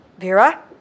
Vera